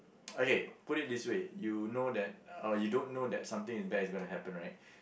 okay put it this way you know that or you don't know that something bad is going to happen right